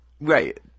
Right